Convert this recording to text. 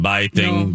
Biting